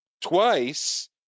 twice